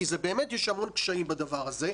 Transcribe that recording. כי באמת יש המון קשיים בדבר הזה,